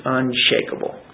unshakable